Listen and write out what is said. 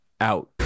out